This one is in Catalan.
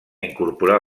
incorporar